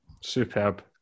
superb